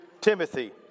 Timothy